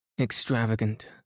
extravagant